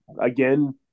Again